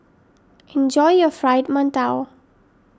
enjoy your Fried Mantou